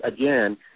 again